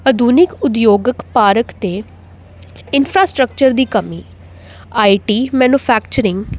ਆਧੁਨਿਕ ਉਦਯੋਗਿਕ ਪਾਰਕ ਅਤੇ ਇੰਫਰਾਸਟਰਕਚਰ ਦੀ ਕਮੀ ਆਈ ਟੀ ਮੈਨੂੰਫੈਕਚਰਿੰਗ